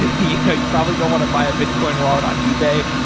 you know you probably don't want to buy a bitcoin wallet on ebay.